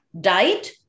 diet